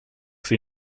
sie